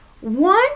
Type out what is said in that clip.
one